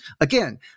Again